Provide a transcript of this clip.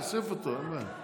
תוסיף אותו, אין בעיה.